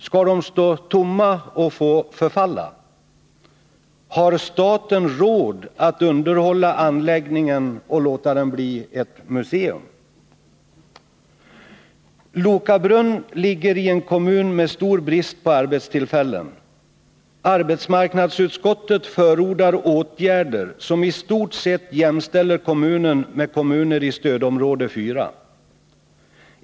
Skall de stå tomma och få förfalla? Har staten råd att underhålla anläggningen och låta den bli museum? Loka brunn ligger i en kommun med stor brist på arbetstillfällen. Arbetsmarknadsutskottet förordar åtgärder som i stort sett jämställer kommunen med kommuner i stödområde 4.